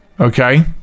okay